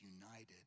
united